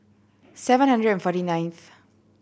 seven hundred and forty ninth